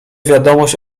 wiadomość